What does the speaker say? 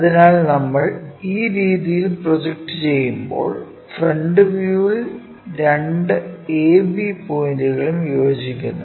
അതിനാൽ നമ്മൾ ആ രീതിയിൽ പ്രൊജക്റ്റ് ചെയ്യുമ്പോൾ ഫ്രണ്ട് വ്യൂവിൽ രണ്ട് A B പോയിന്റുകളും യോജിക്കുന്നു